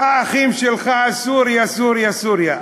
"האחים שלך", סוריה, סוריה סוריה.